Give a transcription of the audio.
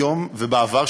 היום ובעבר,